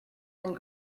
and